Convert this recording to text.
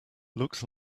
looks